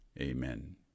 Amen